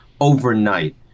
overnight